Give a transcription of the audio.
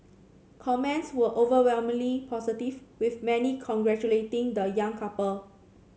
comments were overwhelmingly positive with many congratulating the young couple